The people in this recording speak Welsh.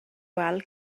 wal